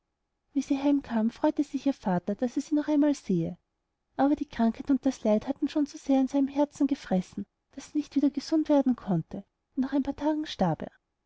wie sie heim kam freute sich ihr vater daß er sie noch einmal sähe aber die krankheit und das leid hatten schon zu sehr an seinem herzen gefressen daß er nicht wieder gesund werden konnte und nach ein paar tagen starb